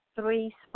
three